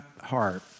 heart